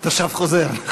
תושב חוזר.